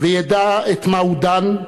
וידע את מה הוא דן,